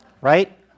Right